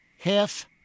Half